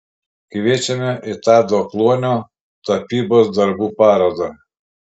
kviečiame į tado kluonio tapybos darbų parodą